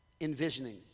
envisioning